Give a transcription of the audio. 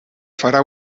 farà